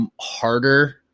harder